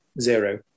zero